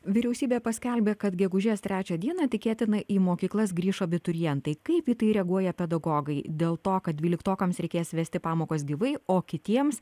vyriausybė paskelbė kad gegužės trečią dieną tikėtina į mokyklas grįš abiturientai kaip į tai reaguoja pedagogai dėl to kad dvyliktokams reikės vesti pamokas gyvai o kitiems